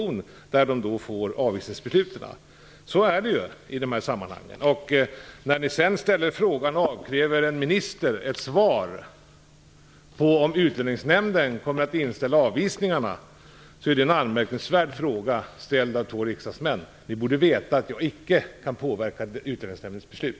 De får avvisningsbeslut. Så är det i dessa sammanhang. Sedan ställer ni frågan, och avkräver ministern ett svar på, om Utlänningsnämnden kommer att inställa avvisningarna. Det är en anmärkningsvärd fråga ställd av två riksdagsmän. Ni borde veta att jag icke kan påverka Utlänningsnämndens beslut.